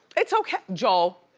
it's okay, joel.